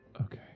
okay